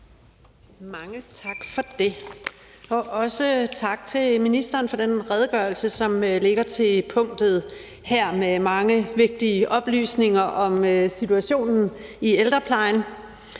Mange tak for det. Også tak til ministeren for den redegørelse, som ligger til grund for punktet her, og som indeholder mange vigtige oplysninger om situationen i ældreplejen.